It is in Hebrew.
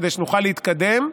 כדי שנוכל להתקדם.